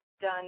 done